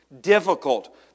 difficult